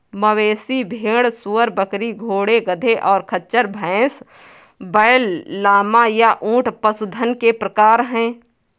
मवेशी, भेड़, सूअर, बकरी, घोड़े, गधे, और खच्चर, भैंस, बैल, लामा, या ऊंट पशुधन के प्रकार हैं